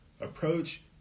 approach